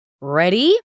Ready